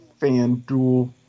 FanDuel